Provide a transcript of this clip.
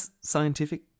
scientific